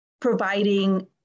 providing